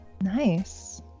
Nice